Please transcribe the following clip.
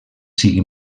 siguin